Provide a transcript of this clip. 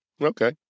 Okay